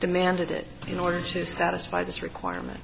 demanded it in order to satisfy this requirement